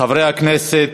חברי הכנסת,